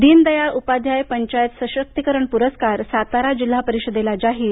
दीनदयाळ उपाध्याय पंचायत सशक्तीकरण प्रस्कार सातारा जिल्हा परिषदेला जाहीर